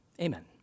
Amen